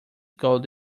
god